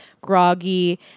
groggy